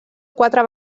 quatre